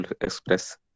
Express